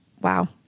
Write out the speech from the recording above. wow